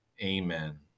Amen